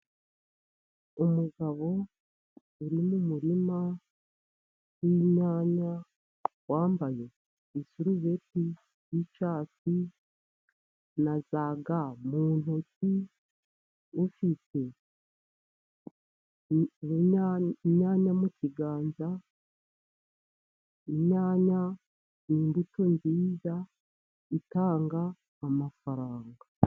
Umugabo uri mu murima w'inyanya wambaye isurubeti y'icyatsi na za ga mu ntoki. ufite inyanya mu kiganza. Inyanya ni imbuto nziza itanga amafaranga.